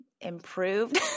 improved